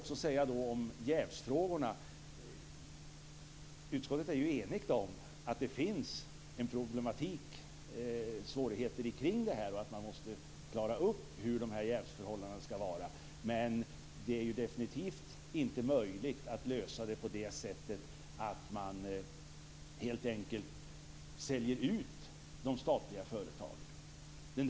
Utskottet är enigt om att det finns problem och svårigheter med jävsfrågorna. Jävsförhållandena måste klaras upp. Det är definitivt inte möjligt att lösa problemen genom att sälja ut de statliga företagen.